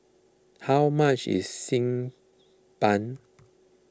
how much is Xi Ban